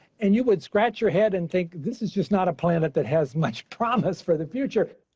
and you would scratch your head and think this is just not a planet that has much promise for the future.